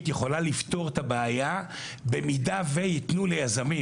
יכולה לפתור את הבעיה במידה ויתנו ליזמים,